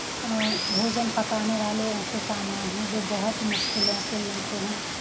भोजन पकाने वाले ऐसे सामान हैं जो बहुत मुश्किलों से मिलते हैं